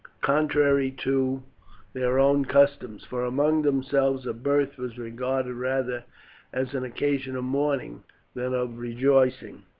contrary to their own customs, for among themselves a birth was regarded rather as an occasion of mourning than of rejoicing.